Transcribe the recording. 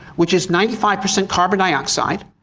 which is ninety five percent carbon dioxide,